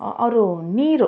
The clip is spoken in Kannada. ಅವರು ನೀರು